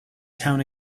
town